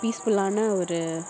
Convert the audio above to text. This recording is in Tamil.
பீஸ்ஃபுல்லான ஒரு